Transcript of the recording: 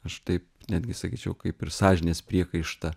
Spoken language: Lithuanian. aš taip netgi sakyčiau kaip ir sąžinės priekaištą